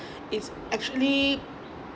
it's actually